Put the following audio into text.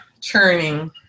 churning